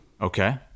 Okay